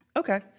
Okay